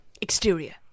Exterior